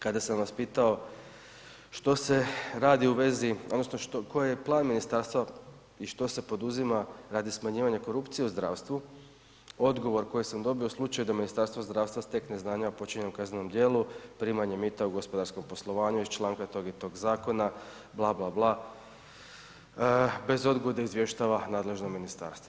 Kada sam vas pitao što se radi u vezi odnosno koji je plan ministarstva i što se poduzima radnji smanjivanja korupcije u zdravstvu, odgovor koji sam dobio, u slučaju da Ministarstvo zdravstva stekne znanja o počinjenom o kaznenom djelu, primanje mita u gospodarskom poslovanju iz čl. tog i tog zakona, bla bla bla, bez odgode izvještava nadležno ministarstvo.